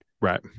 Right